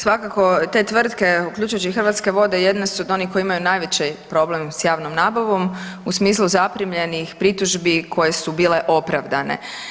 Svakako, te tvrtke uključujući i Hrvatske vode jedne su od onih koje imaju najveći problem s javnom nabavom u smislu zaprimljenih pritužbi koje su bile opravdane.